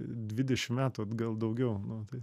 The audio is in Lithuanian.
dvidešim metų atgal daugiau nu tai